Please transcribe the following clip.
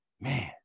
man